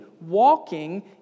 walking